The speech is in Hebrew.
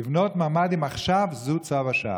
לבנות ממ"דים עכשיו זה צו השעה.